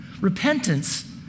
Repentance